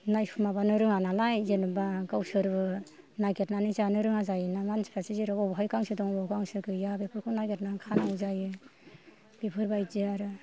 माबानो रोङा नालाय जेनेबा गावसोरो नागिरनानै जानो रोङा जायो ना मानसिफ्रासो जेरै बबाव गांसो दं गांसो गैया बेफोरखौ नागिरनानै खानांगौ जायो बेफोरबायदि आरो